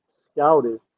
scouted